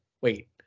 wait